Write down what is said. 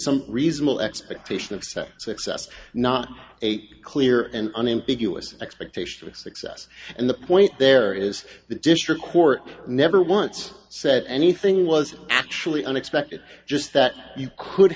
some reasonable expectation of success not a clear and unambiguous expectation of success and the point there is the district court never once said anything was actually unexpected just that you could